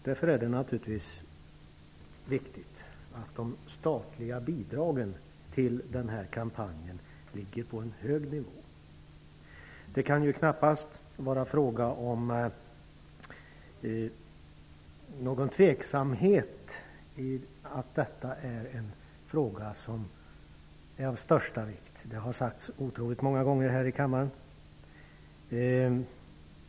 Därför är det naturligtvis viktigt att de statliga bidragen till den här kampanjen ligger på en hög nivå. Det kan inte råda något tvivel om att denna fråga är av största vikt -- det har sagts otroligt många gånger i denna kammare.